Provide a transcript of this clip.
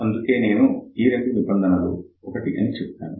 అందుకే నేను ఈ రెండు నిబంధనలు ఒకటే అని చెప్పాను